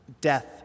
death